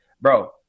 bro